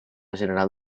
general